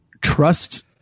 Trust